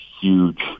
huge